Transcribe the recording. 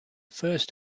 first